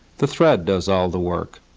the thread does all the work.